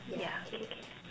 yeah K K